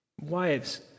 Wives